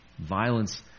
Violence